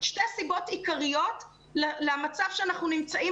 שתי סיבות עיקריות למצב שאנחנו נמצאים